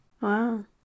Wow